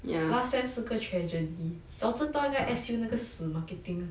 last sem 是个 tragedy 早知道应该 S_U 那个死 marketing